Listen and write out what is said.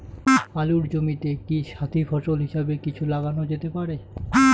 আলুর জমিতে কি সাথি ফসল হিসাবে কিছু লাগানো যেতে পারে?